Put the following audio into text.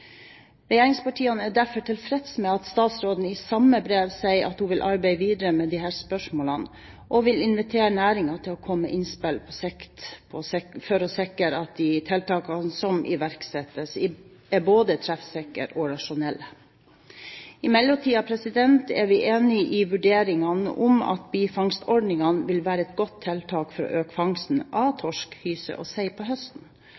Regjeringspartiene er derfor tilfreds med at statsråden i samme brev sier at hun vil arbeide videre med disse spørsmålene, og vil invitere næringen til å komme med innspill for å sikre at tiltakene som iverksettes, er både treffsikre og rasjonelle. I mellomtiden er vi enige i vurderingene om at bifangstordningen vil være et godt tiltak for å øke fangsten av torsk, hyse og sei på høsten,